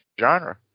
genre